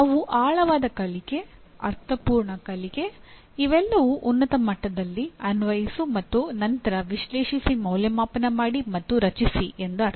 ಅವು ಆಳವಾದ ಕಲಿಕೆ ಅರ್ಥಪೂರ್ಣ ಕಲಿಕೆ ಇವೆಲ್ಲವೂ ಉನ್ನತ ಮಟ್ಟದದಲ್ಲಿ ಅನ್ವಯಿಸು ಮತ್ತು ನಂತರ ವಿಶ್ಲೇಷಿಸಿ ಮೌಲ್ಯಮಾಪನ ಮಾಡಿ ಮತ್ತು ರಚಿಸಿ ಎಂದರ್ಥ